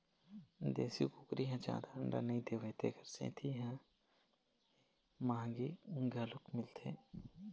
देशी कुकरी ह जादा अंडा नइ देवय तेखर सेती ए ह मंहगी घलोक मिलथे